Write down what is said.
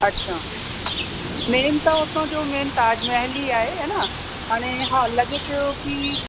अच्छा मेन त उतां जो मेन ताजमहेल ई आहे हा न हाणे हा लॻे पियो कि